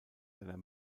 seiner